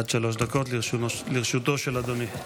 עד שלוש דקות לרשותו של אדוני.